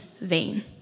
vain